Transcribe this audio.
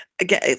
again